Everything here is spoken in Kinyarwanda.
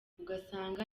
ugasanga